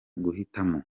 guhitamo